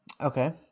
Okay